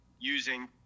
using